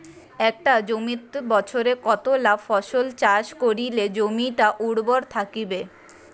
একটা জমিত বছরে কতলা ফসল চাষ করিলে জমিটা উর্বর থাকিবে?